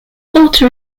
puerto